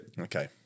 Okay